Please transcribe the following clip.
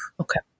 Okay